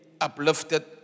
uplifted